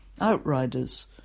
Outriders